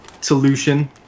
solution